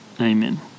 Amen